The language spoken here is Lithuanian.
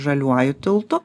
žaliuoju tiltu